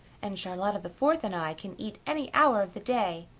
and charlotta the fourth and i can eat any hour of the day.